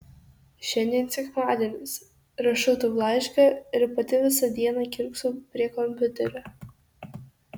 šiandien sekmadienis rašau tau laišką ir pati visą dieną kiurksau prie kompiuterio